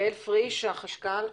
יעל פריש, החשכ"ל.